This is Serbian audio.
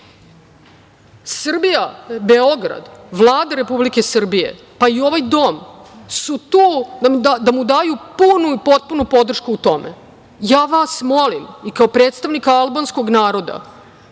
Vučić. Srbija, Beograd, Vlada Republike Srbije, pa i ovaj dom su tu da mu daju punu i potpunu podršku u tome. Ja vas molim i kao predstavnika albanskom naroda,